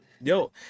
Yo